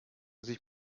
sich